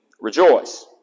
rejoice